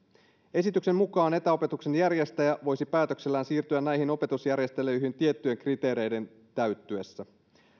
esityksen mukaan etäopetuksen järjestäjä voisi päätöksellään siirtyä näihin opetusjärjestelyihin tiettyjen kriteereiden täyttyessä